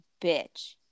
bitch